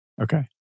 Okay